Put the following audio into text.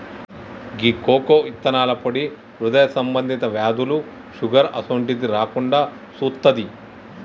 గీ కోకో ఇత్తనాల పొడి హృదయ సంబంధి వ్యాధులు, షుగర్ అసోంటిది రాకుండా సుత్తాది